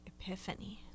Epiphany